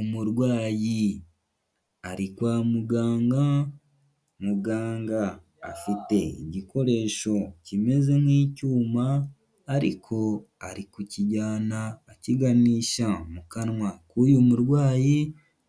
Umurwayi ari kwa muganga muganga afite igikoresho kimeze nk'icyuma ariko ari kukijyana akiganisha mu kanwa k'uyu murwayi,